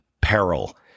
peril